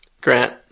Grant